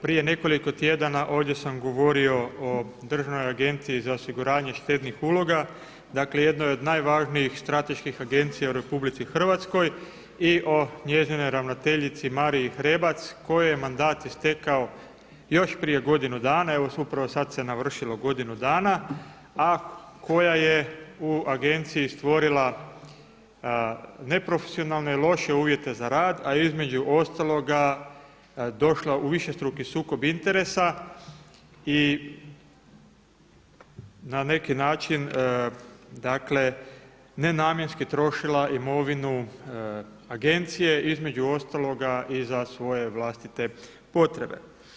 Prije nekoliko tjedana ovdje sam govorio o Državnoj agenciji za osiguranje štednih uloga, dakle jednoj od najvažnijih strateških agencija u RH i o njezinoj ravnateljici Mariji Hrebac kojoj je mandat istekao još prije godinu dana, evo upravo sada se navršilo godinu dana, a koja je u agenciji stvorila neprofesionalne i loše uvjete za rad, a između ostaloga došla u višestruki sukob interesa i na neki način nenamjenski trošila imovinu agencije, između ostaloga i za svoje vlastite potrebe.